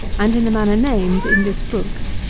and in the manner named in this book.